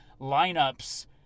lineups